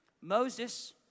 Moses